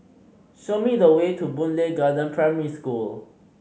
show me the way to Boon Lay Garden Primary School